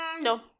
no